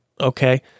Okay